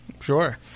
Sure